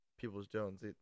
Peoples-Jones